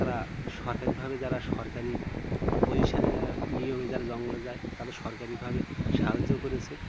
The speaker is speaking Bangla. তারা সরকারি ভাবে যারা সরকারি পোজিশনে নিয়মে যারা জঙ্গলে যায় তাদের সরকারি ভাবে সাহায্য করেছে